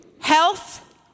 health